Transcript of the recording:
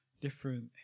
different